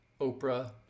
Oprah